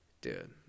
dude